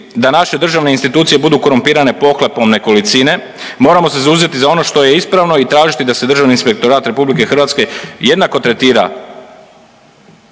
da naše državne institucije budu korumpirane pohlepom nekolicine. Moramo se zauzeti za ono što je ispravno i tražiti da se Državni inspektorat Republike Hrvatske jednako tretira